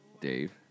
Dave